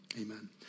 Amen